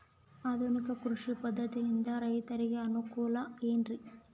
ಆಧುನಿಕ ಕೃಷಿ ಪದ್ಧತಿಯಿಂದ ರೈತರಿಗೆ ಅನುಕೂಲ ಏನ್ರಿ?